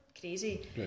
crazy